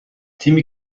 تیمی